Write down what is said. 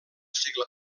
segle